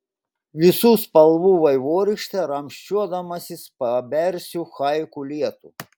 visų spalvų vaivorykšte ramsčiuodamasis pabersiu haiku lietų